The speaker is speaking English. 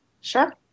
Sure